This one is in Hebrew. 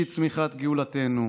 ראשית צמיחת גאולתנו.